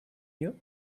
you